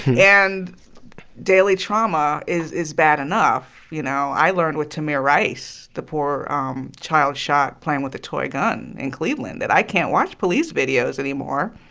yeah and daily trauma is is bad enough. you know, i learned with tamir rice, the poor um child shot playing with a toy gun in cleveland, that i can't watch police videos anymore.